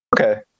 okay